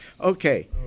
okay